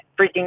freaking